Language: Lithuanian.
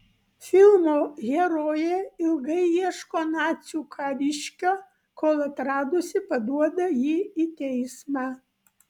filmo herojė ilgai ieško nacių kariškio kol atradusi paduoda jį į teismą